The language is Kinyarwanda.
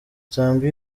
zambia